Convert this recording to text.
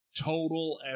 total